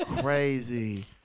Crazy